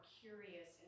curious